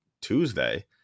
Tuesday